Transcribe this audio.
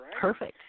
Perfect